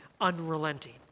unrelenting